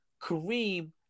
Kareem